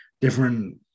different